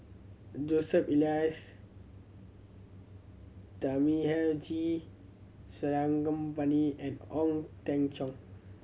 Joseph Elias Thamizhavel G Sarangapani and Ong Teng Cheong